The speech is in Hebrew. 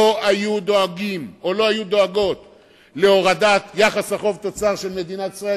לא היו דואגות להורדת יחס החוב-תוצר של מדינת ישראל,